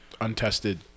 untested